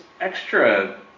extra